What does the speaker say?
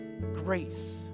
grace